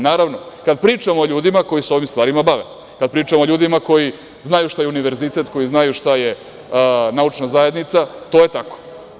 Naravno, kada pričamo o ljudima koji se ovim stvarima bave, kada pričamo o ljudima koji znaju šta je univerzitet, koji znaju šta je naučna zajednica, to je tako.